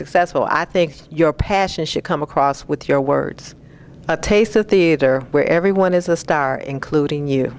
successful i think your passion should come across with your words a taste of theater where everyone is a star including you